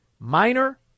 Minor